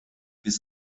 bis